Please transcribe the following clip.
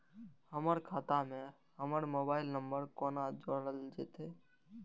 हमर खाता मे हमर मोबाइल नम्बर कोना जोरल जेतै?